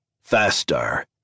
Faster